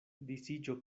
disiĝo